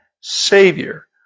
Savior